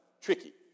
tricky